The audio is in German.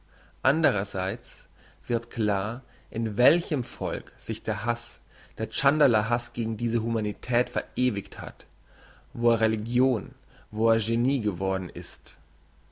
andrerseits wird klar in welchem volk sich der hass der tschandala hass gegen diese humanität verewigt hat wo er religion wo er genie geworden ist